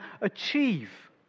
achieve